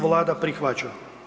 Vlada prihvaća.